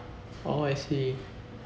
oh I see